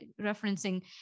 referencing